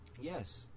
yes